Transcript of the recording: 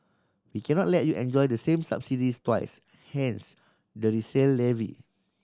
we cannot let you enjoy the same subsidies twice hence the resale levy